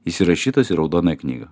jis įrašytas į raudonąją knygą